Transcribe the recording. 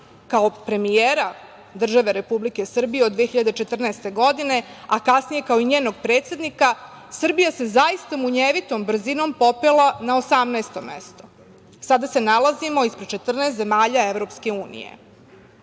kao premijera države Republike Srbije od 2014. godine, a kasnije kao i njenog predsednika, Srbija se zaista munjevitom brzinom popela na 18 mesto. Sada se nalazimo ispred 14 zemalja EU.